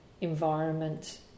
environment